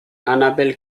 annabel